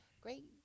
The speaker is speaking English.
great